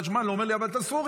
הוא אומר לי: אבל אתה סוריה,